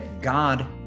God